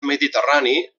mediterrani